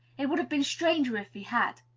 it would have been stranger if he had.